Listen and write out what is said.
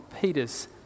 Peter's